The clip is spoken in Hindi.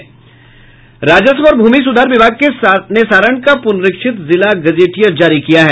राजस्व और भूमि सुधार विभाग ने सारण का पुनरिक्षित जिला गजेटियर जारी किया है